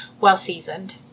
well-seasoned